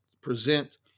present